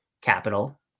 capital